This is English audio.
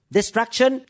Destruction